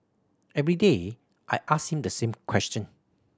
every day I ask him the same question